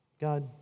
God